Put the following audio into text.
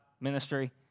ministry